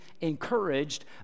encouraged